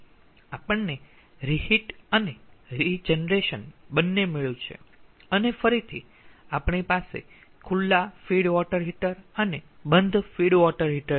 આપણને રીહિટ અને રીજનરેશન બંને મળ્યું છે અને ફરીથી આપણી પાસે ખુલ્લા ફીડ વોટર હીટર અને બંધ ફીડ વોટર હીટર છે